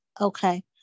Okay